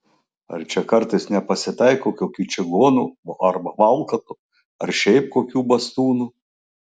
ar čia kartais nepasitaiko kokių čigonų arba valkatų ar šiaip kokių bastūnų